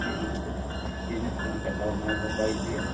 ᱡᱤᱭᱟᱹᱝ ᱠᱟᱛᱮ ᱤᱭᱟᱹ ᱧᱚᱜ ᱠᱚᱦᱚᱸ ᱠᱟᱴᱟᱣ ᱵᱟᱭ ᱦᱩᱭ ᱟᱢᱟ